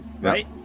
Right